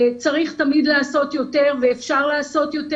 תמיד צריך לעשות יותר ואפשר לעשות יותר.